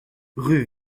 rue